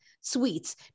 sweets